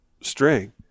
string